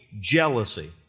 jealousy